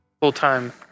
Full-time